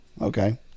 okay